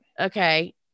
Okay